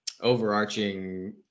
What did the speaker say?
overarching